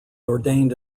ordained